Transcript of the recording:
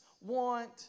want